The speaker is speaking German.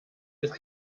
ist